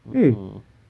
mmhmm